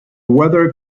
weather